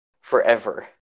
forever